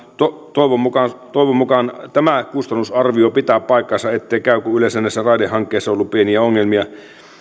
toivon mukaan tämä kustannusarvio pitää paikkansa ettei käy niin kuin yleensä eli näissä raidehankkeissa on ollut pieniä ongelmia